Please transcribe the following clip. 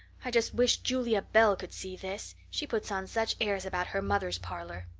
i just wish julia bell could see this she puts on such airs about her mother's parlor.